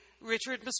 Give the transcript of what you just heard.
Richard